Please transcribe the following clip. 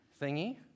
thingy